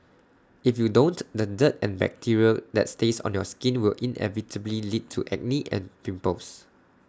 if you don't the dirt and bacteria that stays on your skin will inevitably lead to acne and pimples